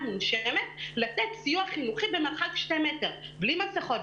מונשמת לתת סיוע חינוכי במרחק 2 מטר בלי מסכות,